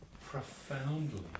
profoundly